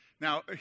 Now